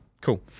Cool